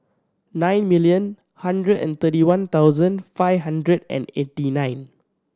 nine million hundred and thirty one thousand five hundred and eighty nine